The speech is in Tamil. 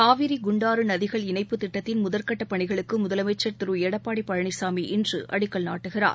காவிரி குண்டாறு நதிகள் இணைப்புத் திட்டத்தின் முதற்கட்டப் பணிகளுக்கு முதலமைச்சர் திரு எடப்பாடி பழனிசாமி இன்று அடிக்கல் நாட்டுகிறார்